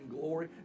glory